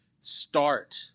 start